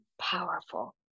powerful